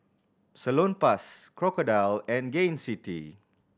Salonpas Crocodile and Gain City